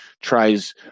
tries